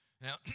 Now